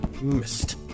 Missed